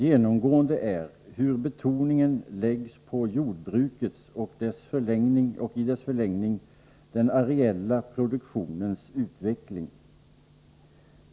Genomgående är hur betoningen läggs på jordbrukets, och i dess förlängning, den areella produktionens utveckling.